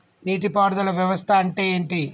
నీటి పారుదల వ్యవస్థ అంటే ఏంటి?